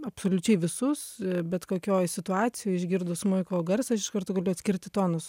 absoliučiai visus bet kokioj situacijoj išgirdus smuiko garsą aš iš karto galiu atskirti tonus